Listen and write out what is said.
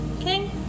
Okay